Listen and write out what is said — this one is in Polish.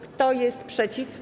Kto jest przeciw?